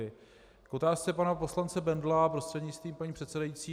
K otázce pana poslance Bendla prostřednictvím paní předsedající.